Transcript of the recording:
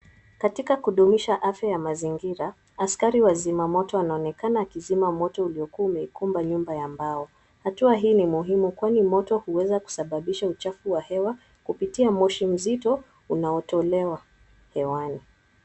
Katika kudumisha afya ya mazingira, askari wazima moto anaonekana akizima moto uliokuwa umeikumba nyumba ya mbao. Hatua hii ni muhimu kwani moto huweza kisababisha uchafu wa hewa, kupitia moshi mzito unaotolewa hewani.